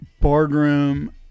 boardroom